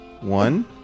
one